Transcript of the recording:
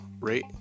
rate